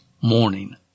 morning